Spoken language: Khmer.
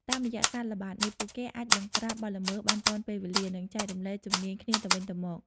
តាមរយៈការល្បាតនេះ ពួកគេអាចបង្ក្រាបបទល្មើសបានទាន់ពេលវេលា និងចែករំលែកជំនាញគ្នាទៅវិញទៅមក។